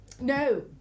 No